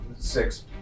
Six